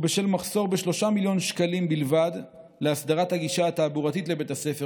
ובשל מחסור של 3 מיליון שקלים בלבד להסדרת הגישה התעבורתית לבית הספר